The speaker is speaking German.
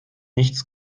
nichts